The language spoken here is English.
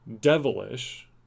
devilish